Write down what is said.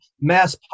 mass